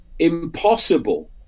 impossible